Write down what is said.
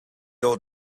old